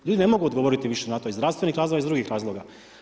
Ljudi ne mogu odgovoriti više na to iz zdravstvenih razloga, iz drugih razloga.